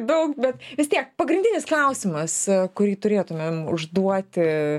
daug bet vis tiek pagrindinis klausimas kurį turėtumėm užduoti